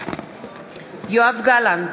יואב גלנט,